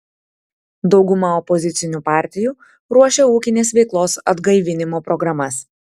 dauguma opozicinių partijų ruošia ūkinės veiklos atgaivinimo programas